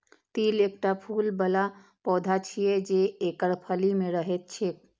तिल एकटा फूल बला पौधा छियै, जे एकर फली मे रहैत छैक